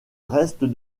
reste